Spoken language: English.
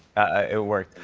it worked.